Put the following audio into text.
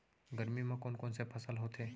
गरमी मा कोन से फसल होथे?